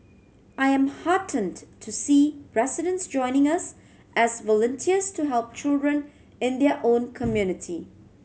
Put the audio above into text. I am heartened to see residents joining us as volunteers to help children in their own community